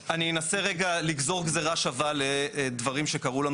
אני אנסה רגע לגזור גזרה שווה לדברים שקרו לנו